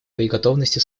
боеготовности